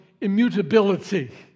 immutability